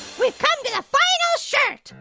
we've come to the final shirt.